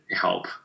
help